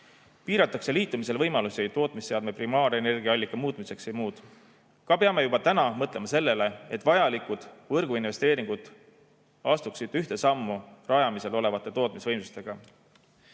piiratakse liitumisel võimalusi tootmisseadme primaarenergiaallika muutmiseks. Samuti peame juba täna mõtlema sellele, et vajalikud võrguinvesteeringud astuksid ühte sammu rajatavate tootmisvõimsustega.